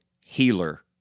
healer